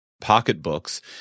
pocketbooks